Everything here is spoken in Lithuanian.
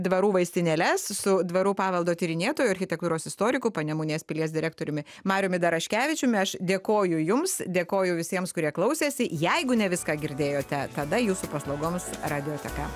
dvarų vaistinėles su dvarų paveldo tyrinėtoju architektūros istoriku panemunės pilies direktoriumi mariumi daraškevičiumi aš dėkoju jums dėkoju visiems kurie klausėsi jeigu ne viską girdėjote tada jūsų paslaugoms radioteka